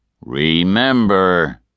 Remember